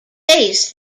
base